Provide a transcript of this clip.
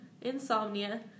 insomnia